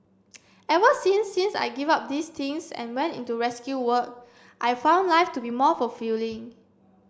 ever since since I gave up these things and went into rescue work I've found life to be more fulfilling